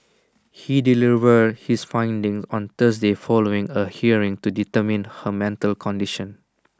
he delivered his findings on Thursday following A hearing to determine her mental condition